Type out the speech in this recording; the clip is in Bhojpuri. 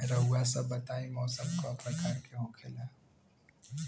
रउआ सभ बताई मौसम क प्रकार के होखेला?